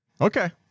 Okay